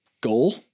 goal